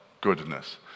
goodness